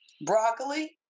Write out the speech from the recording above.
Broccoli